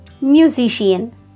musician